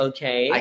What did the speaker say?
Okay